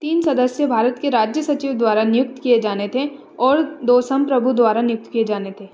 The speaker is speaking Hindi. तीन सदस्य भारत के राज्य सचिव द्वारा नियुक्त किए जाने थे और दो सम्प्रभु द्वारा नियुक्त किए जाने थे